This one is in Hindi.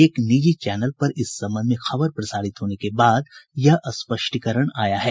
एक निजी चैनल पर इस संबंध में खबर प्रसारित होने के बाद यह स्पष्टीकरण आया है